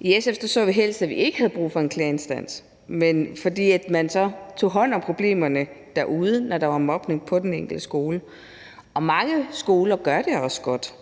I SF så vi helst, at vi ikke havde brug for en klageinstans, fordi man så tog hånd om problemerne derude, når der var mobning på den enkelte skole. Og mange af skolerne gør det godt,